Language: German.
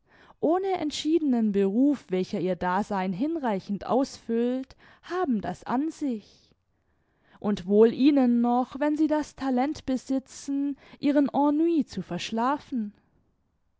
ohne entschiedenen beruf welcher ihr dasein hinreichend ausfüllt haben das an sich und wohl ihnen noch wenn sie das talent besitzen ihren ennui zu verschlafen